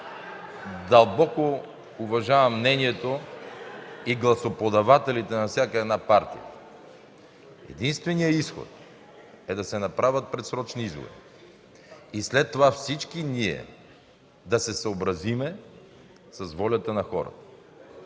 Дълбоко уважавам мнението и гласоподавателите на всяка една партия. Единственият изход е да се направят предсрочни избори. След това всички ние да се съобразим с волята на хората.